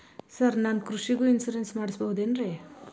Sir ನಾನು ಕೃಷಿಗೂ insurance ಮಾಡಸಬಹುದೇನ್ರಿ?